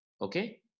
Okay